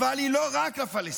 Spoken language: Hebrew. אבל היא לא רק לפלסטינים,